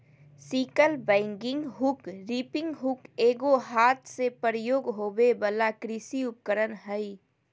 sickle bagging hook, reaping hook एगो हाथ से प्रयोग होबे वला कृषि उपकरण हइ